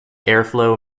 airflow